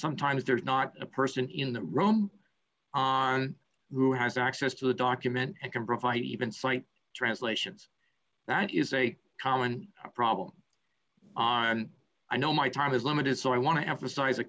sometimes there is not a person in the room on who has access to the document and can provide even cite translations that is a common problem on i know my time is limited so i want to emphasize a